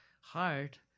heart